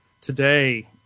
Today